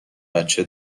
بچه